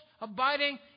abiding